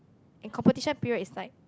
and competition period is like